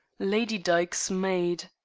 lady dyke's maid.